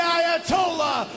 Ayatollah